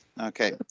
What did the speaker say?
Okay